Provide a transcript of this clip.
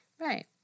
Right